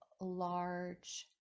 Large